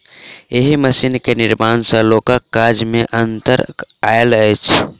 एहि मशीन के निर्माण सॅ लोकक काज मे अन्तर आयल अछि